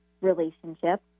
relationship